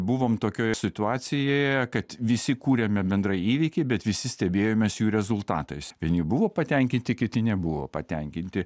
buvom tokioje situacijoje kad visi kūrėme bendrą įvykį bet visi stebėjomės jų rezultatais vieni buvo patenkinti kiti nebuvo patenkinti